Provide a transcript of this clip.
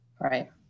Right